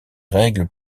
règles